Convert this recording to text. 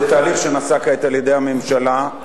זה תהליך שנעשה כעת על-ידי הממשלה,